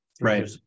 Right